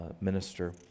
minister